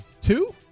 Two